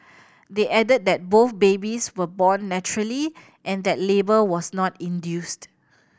they added that both babies were born naturally and that labour was not induced